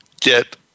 get